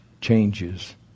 Changes